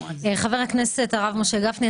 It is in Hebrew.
חבר הכנסת הרב משה גפני,